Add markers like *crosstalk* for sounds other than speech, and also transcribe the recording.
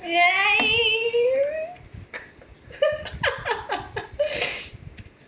!yay! *laughs*